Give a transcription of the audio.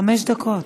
חמש דקות.